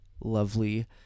lovely